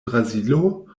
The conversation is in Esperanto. brazilo